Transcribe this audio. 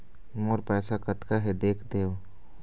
मोर पैसा कतका हे देख देव?